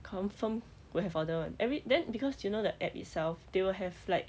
confirm will have order [one] every then because you know the app itself they will have like